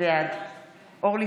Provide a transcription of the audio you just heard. בעד אורלי